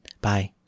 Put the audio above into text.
Bye